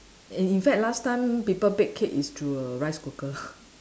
in in fact last time people bake cake is through a rice cooker